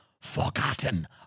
forgotten